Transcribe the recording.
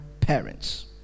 parents